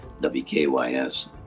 wky's